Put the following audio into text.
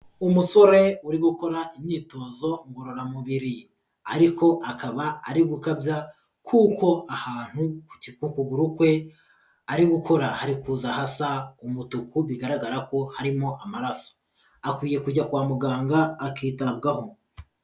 Umusore uri gukora imyitozo ngororamubiri ariko akaba ari gukabya kuko ahantu ku ukuguru kwe ari gukora hari kuza hasa umutuku bigaragara ko harimo amaraso, akwiye kujya kwa muganga akitabwaho.